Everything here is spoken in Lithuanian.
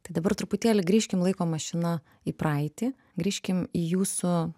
tai dabar truputėlį grįžkim laiko mašina į praeitį grįžkim į jūsų